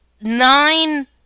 nine